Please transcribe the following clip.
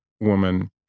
woman